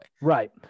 right